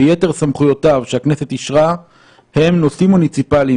ויתר סמכויותיו שהכנסת אישרה הם: נושאים מוניציפאליים